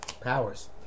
powers